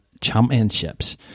Championships